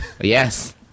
Yes